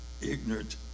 ignorant